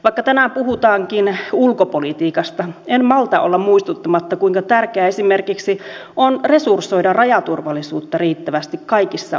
vaikka tänään puhutaankin ulkopolitiikasta en malta olla muistuttamatta kuinka tärkeää esimerkiksi on resursoida rajaturvallisuutta riittävästi kaikissa olosuhteissa